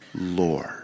Lord